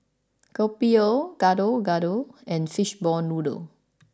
Kopi O Gado Gado and Fishball Noodle